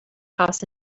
house